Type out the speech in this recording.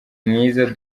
mwiza